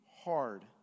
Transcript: hard